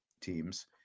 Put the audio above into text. teams